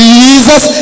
Jesus